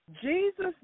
Jesus